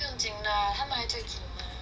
不用紧 lah 他们还在订 mah